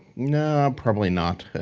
you know probably not.